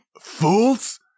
Fools